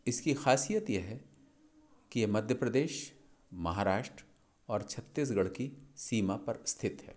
इसकी ख़ासियत यह है कि ये मध्य प्रदेश महाराष्ट्र और छत्तीसगढ़ की सीमा पर स्थित है